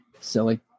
Silly